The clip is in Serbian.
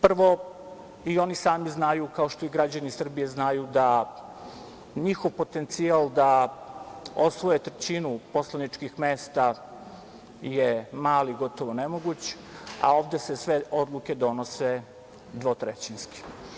Prvo, i oni sami znaju, kao što i građani Srbije znaju, da njihov potencijal da osvoje trećinu poslaničkih mesta je mali, gotovo nemoguć, a ovde se sve odluke donose dvotrećinski.